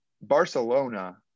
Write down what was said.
barcelona